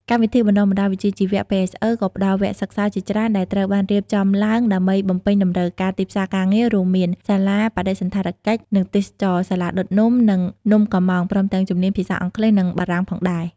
កម្មវិធីបណ្តុះបណ្តាលវិជ្ជាជីវៈ PSE ក៏ផ្តល់វគ្គសិក្សាជាច្រើនដែលត្រូវបានរៀបចំឡើងដើម្បីបំពេញតម្រូវការទីផ្សារការងារ រួមមាន សាលាបដិសណ្ឋារកិច្ច និងទេសចរណ៍ សាលាដុតនំ និងនំកុម្មង់ ព្រមទាំងជំនាញភាសាអង់គ្លេស និងបារាំងផងដែរ។